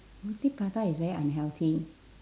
roti prata is very unhealthy